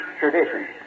tradition